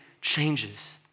changes